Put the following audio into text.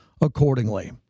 accordingly